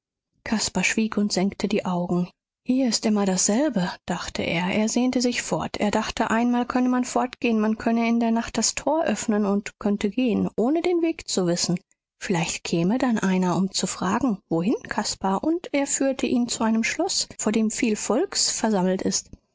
caspar schwieg und senkte die augen hier ist immer dasselbe dachte er er sehnte sich fort er dachte einmal könne man fortgehen man könnte in der nacht das tor öffnen und könnte gehen ohne den weg zu wissen vielleicht käme dann einer um zu fragen wohin caspar und er führte ihn zu einem schloß vor dem viel volks versammelt ist